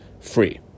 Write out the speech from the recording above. free